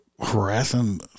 harassing